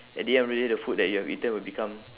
at the end of the day the food that you have eaten will become